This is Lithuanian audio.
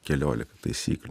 keliolika taisyklių